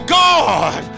god